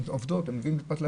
הן עובדות, הן מביאות פת לחם,